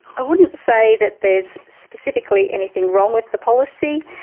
i wouldn't say that there's specifically anything wrong with the policy,